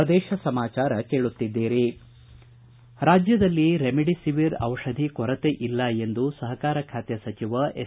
ಪ್ರದೇಶ ಸಮಾಚಾರ ಕೇಳುತ್ತಿದ್ದೀರಿ ರಾಜ್ಯದಲ್ಲಿ ರೆಮ್ಡಿಸಿವರ್ ಔಷಧಿ ಕೊರತೆ ಇಲ್ಲ ಎಂದು ಸಹಕಾರ ಖಾತೆ ಸಚಿವ ಎಸ್